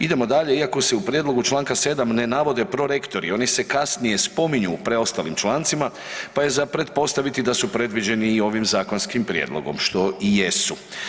Idemo dalje, iako se u prijedlogu Članka 7. ne navode prorektori oni se kasnije spominju u preostalim člancima pa je za pretpostaviti da su predviđeni i ovim zakonskim prijedlogom što i jesu.